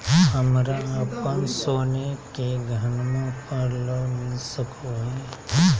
हमरा अप्पन सोने के गहनबा पर लोन मिल सको हइ?